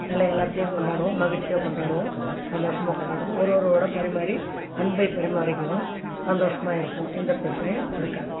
நல்லா எல்லாத்தையும் கொண்டாடுவோம் மகிழ்ச்சியாக கொண்டாடுவோம் சந்தோஷமாக கொண்டாடுவோம் ஒரு ஒருவரோடு பரிமாறி அன்பை பரிமாறிக்குவோம் சந்தோஷமாக இருப்போம் எந்த பிரச்சினையும் இருக்காது